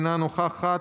אינה נוכחת.